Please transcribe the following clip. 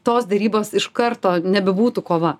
tos derybos iš karto nebebūtų kova